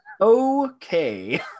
Okay